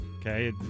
okay